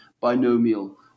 binomial